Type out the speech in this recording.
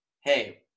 hey